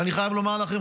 ואני חייב לומר לכם,